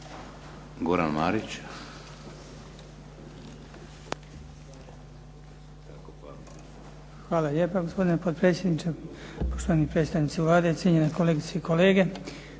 Goran (HDZ)** Hvala lijepa gospodine potpredsjedniče, poštovani predstavnici Vlade, cijenjene kolegice i kolege.